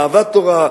אהבת תורה,